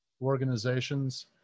organizations